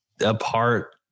apart